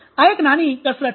આ એક નાની કસરત છે